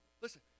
Listen